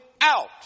out